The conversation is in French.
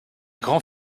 grand